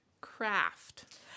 Craft